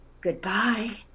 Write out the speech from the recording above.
goodbye